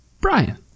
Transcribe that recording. Brian